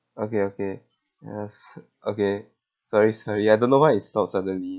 okay okay yes okay sorry sorry I don't know why it stopped suddenly